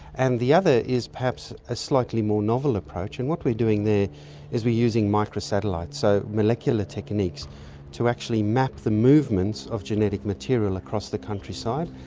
and the other is perhaps a slightly more novel approach, and what we're doing there is we're using micro-satellites. so molecular techniques to actually map the movements of genetic material across the countryside.